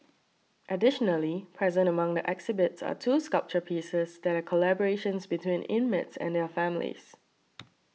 additionally present among the exhibits are two sculpture pieces that are collaborations between inmates and their families